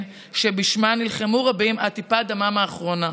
שבשמה נלחמו רבים עד טיפת דמם האחרונה,